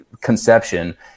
conception